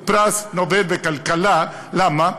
הוא קיבל פרס נובל לכלכלה, למה?